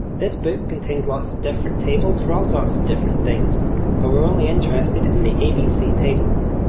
this book contains lots of different tables for all sorts of different things but we're only interested in the abc tables.